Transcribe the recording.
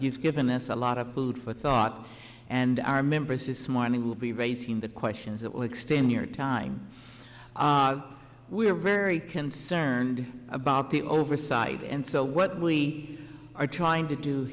he's given us a lot of food for thought and our members this morning will be raising the questions that will extend your time we are very concerned about the oversight and so what we are trying to do